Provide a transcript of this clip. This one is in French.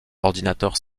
ordinateurs